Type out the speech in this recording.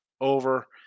over